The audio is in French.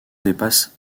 dépassent